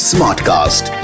Smartcast